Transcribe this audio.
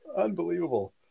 Unbelievable